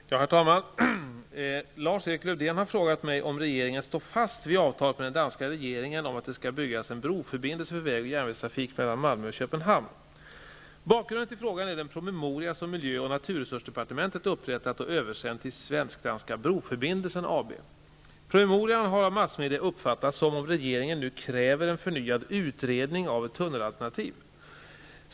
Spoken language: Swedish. Herr talman! Lars-Erik Lövdén har frågat mig om regeringen står fast vid avtalet med den danska regeringen om att det skall byggas en broförbindelse för väg och järnvägstrafik mellan Bakgrunden till frågan är den promemoria som miljö och naturresursdepartementet upprättat och översänt till Svensk-Danska Broförbindelsen AB. Promemorian har av massmedia uppfattats som om regeringen nu kräver en förnyad utredning av ett tunnelalternativ.